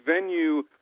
venue